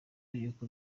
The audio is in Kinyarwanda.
y’uko